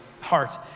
heart